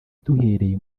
duhereye